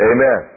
Amen